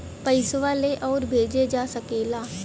पइसवा ले आउर भेजे जा सकेला